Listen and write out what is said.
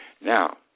Now